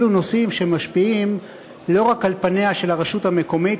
אלו נושאים שמשפיעים לא רק על פניה של הרשות המקומית,